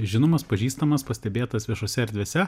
žinomas pažįstamas pastebėtas viešose erdvėse